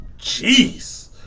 jeez